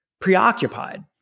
preoccupied